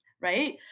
right